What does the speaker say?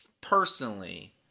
personally